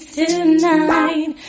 tonight